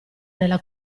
nella